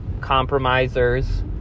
compromisers